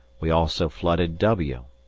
we also flooded w.